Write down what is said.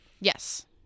yes